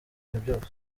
byose